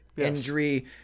injury